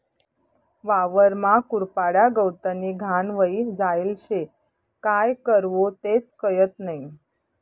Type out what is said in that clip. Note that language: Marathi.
वावरमा कुरपाड्या, गवतनी घाण व्हयी जायेल शे, काय करवो तेच कयत नही?